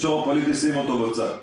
שים אותו בצד,